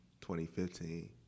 2015